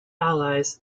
allies